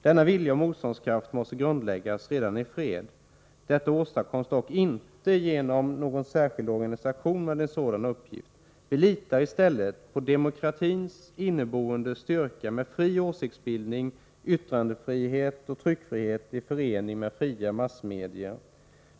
Denna vilja och motståndskraft måste grundläggas redan i fred. Detta åstadkoms dock inte genom någon särskild organisation med en sådan uppgift. Vi litar i stället på vår demokratis inneboende styrka med fri åsiktsbildning, yttrandefrihet och tryckfrihet i förening med fria massmedier.